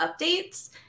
Updates